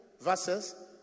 verses